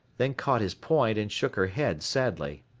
then caught his point and shook her head sadly.